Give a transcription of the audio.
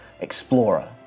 explorer